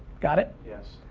got it? yes.